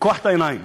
לפקוח את העיניים